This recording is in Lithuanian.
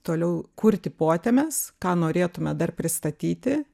toliau kurti potemes ką norėtume dar pristatyti